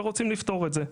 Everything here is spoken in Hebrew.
ורוצים לפתור את זה.